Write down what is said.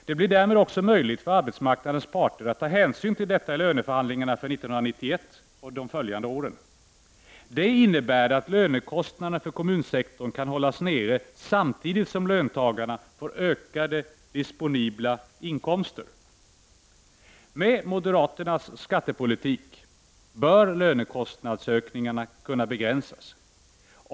Det blir därmed också möjligt för arbetsmarknadens parter att ta hänsyn till detta i löneförhandlingarna för 1991 och de följande åren. Detta innebär att lönekostnaderna för kommunsektorn kan hållas nere samtidigt som löntagarna får ökade disponibla inkomster. Med moderaternas skattepolitik bör lönekostnadsökningarna kunna begränsas.